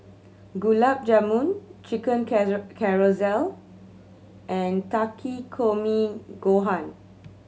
Gulab Jamun Chicken Casserole and Takikomi Gohan